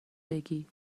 بگی